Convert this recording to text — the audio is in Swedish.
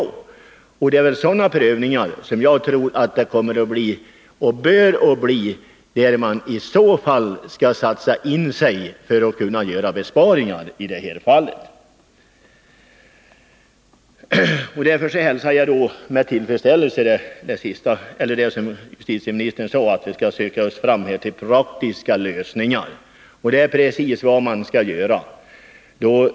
Jag tycker att det är sådana prövningar som bör göras, om man skall satsa på att få till stånd besparingar i det här fallet. Därför hälsar jag med tillfredsställelse att justitieministern sade att vi skall söka oss fram till praktiska lösningar. Det är precis vad man skall göra.